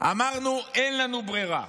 אמרנו: אין לנו ברירה.